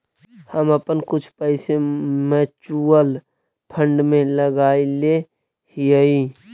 हम अपन कुछ पैसे म्यूचुअल फंड में लगायले हियई